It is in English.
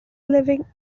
living